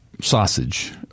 sausage